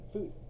Food